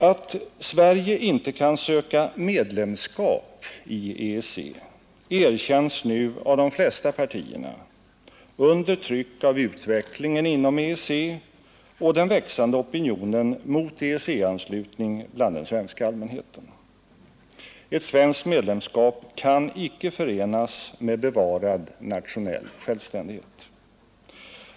Att Sverige icke kan söka medlemskap i EEC erkänns nu av de flesta partierna under tryck av utvecklingen inom EEC och den växande opinionen mot EEC-anslutning bland den svenska allmänheten. Ett svenskt medlemskap kan icke förenas med bevarad nationell självständighet.